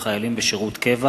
ח' בחשוון התש"ע,